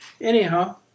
Anyhow